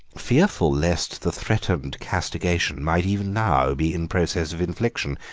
fearful lest the threatened castigation might even now be in process of infliction.